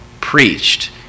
preached